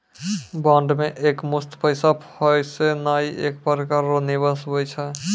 bond मे एकमुस्त पैसा फसैनाइ एक प्रकार रो निवेश हुवै छै